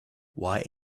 why